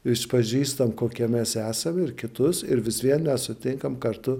išpažįstam kokie mes esam ir kitus ir vis vien nesutinkam kartu